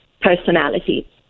personality